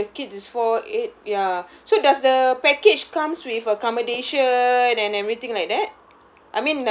so for the kid is four eight ya so does the package comes with accommodation and everything like that